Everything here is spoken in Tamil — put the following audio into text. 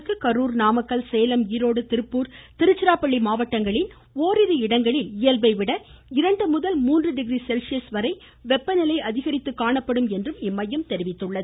அடுத்த இரு தினங்களுக்கு கரூர் நாமக்கல் சேலம் ஈரோடு திருப்பூர் திருச்சிராப்பள்ளி மாவட்டங்களில் ஓரிரு இடங்களில் இயல்பை விட இரண்டு முதல் மூன்று டிகிரி செல்சியஸ் வரை வெப்ப நிலை அதிகரித்து காணப்படும் என்று இம்மையம் தெரிவித்துள்ளது